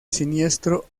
siniestro